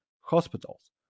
hospitals